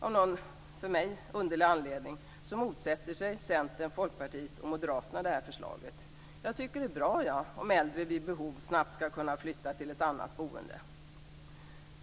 Av någon som jag tycker underlig anledning motsätter sig Centern, Folkpartiet och Moderaterna detta förslag. Jag tycker att det är bra om äldre vid behov snabbt kan flytta till ett annat boende.